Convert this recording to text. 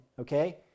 Okay